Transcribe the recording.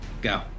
go